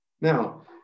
Now